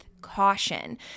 caution